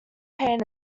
pain